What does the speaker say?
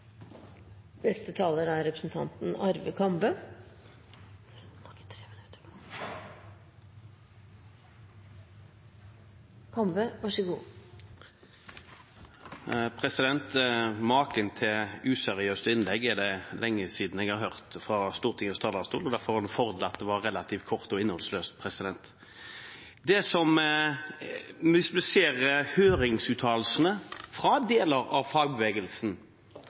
Maken til useriøst innlegg er det lenge siden jeg har hørt fra Stortingets talerstol, og derfor var det en fordel at det var relativt kort og innholdsløst. Hvis vi ser på høringsuttalelsene om proposisjonen fra deler av fagbevegelsen,